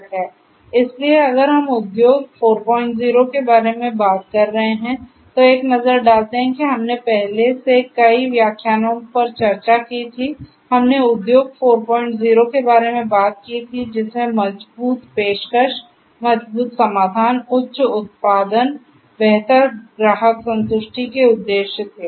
इसलिए अगर हम उद्योग ४० के बारे में बात कर रहे हैं तो एक नज़र डालते हैं कि हमने पहले के कई व्याख्यानों पर चर्चा की थी हमने उद्योग ४० के बारे में बात की थी जिसमें मजबूत पेशकश मजबूत समाधान उच्च उत्पादन बेहतर ग्राहक संतुष्टि के उद्देश्य थे